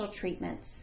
treatments